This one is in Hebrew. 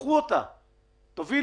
- תיקחו אותה, תובילו.